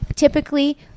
Typically